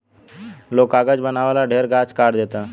लोग कागज बनावे ला ढेरे गाछ काट देता